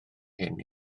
hyn